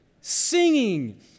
singing